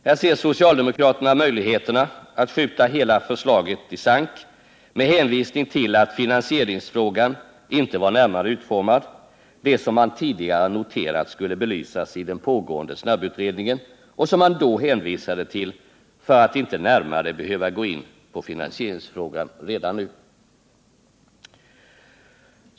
Här ser socialdemokraterna möjligheterna att skjuta hela förslaget i sank med hänvisning till att finansieringsfrågan inte var närmare utformad — det som man tidigare noterat skulle belysas i den pågående snabbutredningen och som man då hänvisade till för att inte närmare behöva gå in på finansieringsfrågan redan nu.